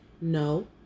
no